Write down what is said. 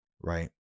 Right